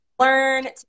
Learn